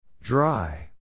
Dry